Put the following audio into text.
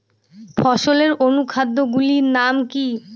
ফসলের অনুখাদ্য গুলির নাম কি?